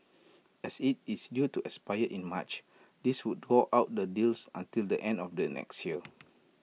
as IT is due to expire in March this would draw out the deals until the end of the next year